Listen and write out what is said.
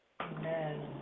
Amen